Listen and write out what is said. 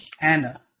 Anna